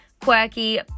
quirky